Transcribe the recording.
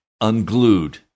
unglued